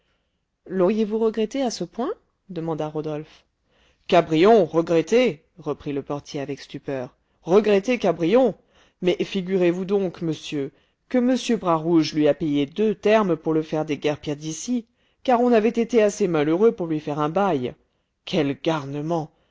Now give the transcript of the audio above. l'auriez-vous regretté à ce point demanda rodolphe cabrion regretté reprit le portier avec stupeur regretter cabrion mais figurez-vous donc monsieur que m bras rouge lui a payé deux termes pour le faire déguerpir d'ici car on avait été assez malheureux pour lui faire un bail quel garnement